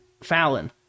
Fallon